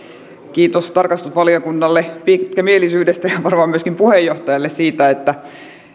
kiitos tarkastusvaliokunnalle pitkämielisyydestä ja varmaan myöskin puheenjohtajalle siitä että